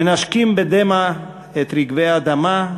מנשקים בדמע את רגבי האדמה,